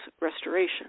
restoration